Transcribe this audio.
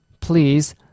Please